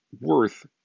worth